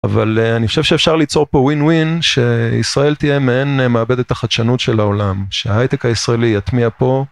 אבל אני חושב שאפשר ליצור פה ווין ווין שישראל תהיה מעין מעבדת החדשנות של העולם שההייטק הישראלי יטמיע פה.